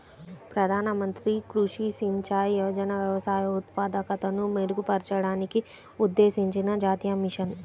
ప్రధాన మంత్రి కృషి సించాయ్ యోజన వ్యవసాయ ఉత్పాదకతను మెరుగుపరచడానికి ఉద్దేశించిన జాతీయ మిషన్